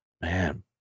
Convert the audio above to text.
Man